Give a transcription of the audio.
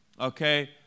okay